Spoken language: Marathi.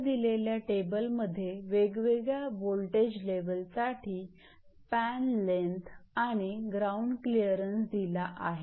पुढे दिलेल्या टेबलमध्ये वेगवेगळ्या वोल्टेज लेव्हलसाठी स्पॅन लेन्थ आणि ग्राउंड क्लिअरन्सदिला आहे